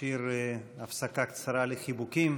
נשאיר הפסקה קצרה לחיבוקים,